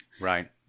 Right